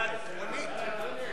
הצעת חוק גיל פרישה (תיקון,